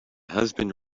husband